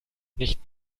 nicht